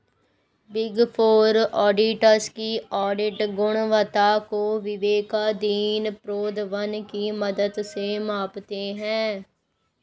big four auditors की audit गुणवत्ता को विवेकाधीन प्रोद्भवन की मदद से मापते हैं